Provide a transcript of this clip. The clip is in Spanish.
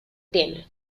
tienen